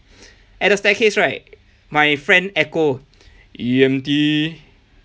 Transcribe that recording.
at the staircase right my friend echo E_M_T